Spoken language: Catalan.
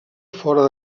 fora